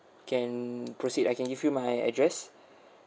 can proceed I can give you my address